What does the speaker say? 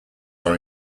are